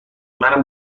منم